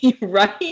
Right